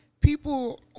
people